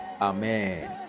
amen